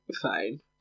fine